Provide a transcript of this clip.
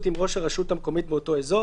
עם ראש הרשות המקומית באותו אזור,